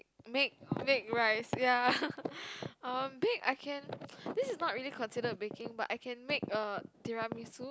make make rice ya uh bake I can this is not really considered baking but I can make uh tiramisu